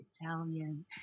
Italian